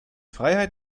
freiheit